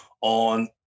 on